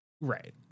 Right